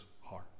heart